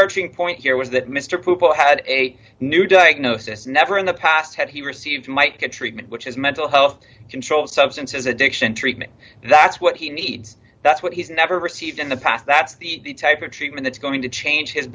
arching point here was that mr pupil had a new diagnosis never in the past had he received might get treatment which is mental health controlled substances addiction treatment that's what he needs that's what he's never received in the past that's the type of treatment that's going to change his